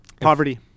Poverty